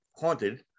Haunted